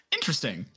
Interesting